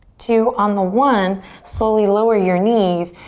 two, on the one slowly lower your knees.